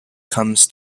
comes